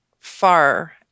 Far